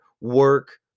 work